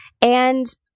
And-